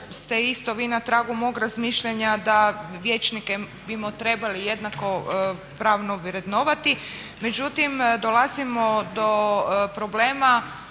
ste isto vi na tragu mog razmišljanja da vijećnike bismo trebali jednakopravno vrednovati. Međutim, dolazimo do problema